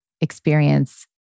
experience